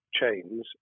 chains